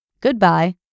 Goodbye